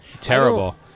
Terrible